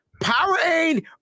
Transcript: Powerade